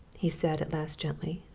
he said at last gently,